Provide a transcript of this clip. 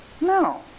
No